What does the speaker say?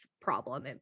problem